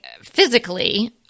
physically